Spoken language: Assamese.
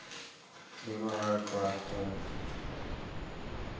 ব্যৱহাৰ কৰা হয়